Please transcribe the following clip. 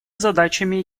задачами